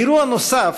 אירוע נוסף,